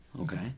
Okay